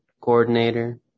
coordinator